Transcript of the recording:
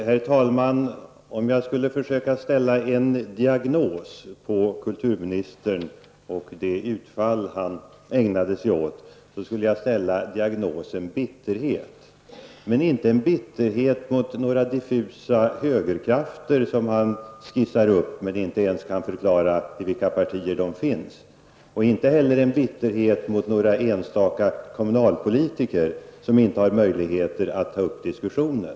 Herr talman! Om jag skulle försöka ställa en diagnos på kulturministern efter det utfall han ägnade sig åt, skulle jag ställa diagnosen bitterhet. Men det är inte en bitterhet mot några diffusa högerkrafter som han skissar upp. Han kan inte ens förklara i vilka partier de finns. Inte heller är det en bitterhet mot några enstaka kommunalpolitiker som inte har möjligheter att bemöta honom i en diskussion.